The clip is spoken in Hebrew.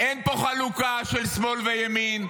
אין פה חלוקה של שמאל וימין,